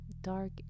dark